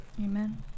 amen